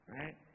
right